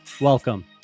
Welcome